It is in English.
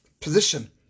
position